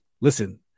listen